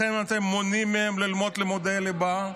לכן אתם מונעים מהם ללמוד לימודי ליבה,